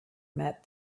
met